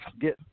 get